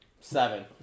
Seven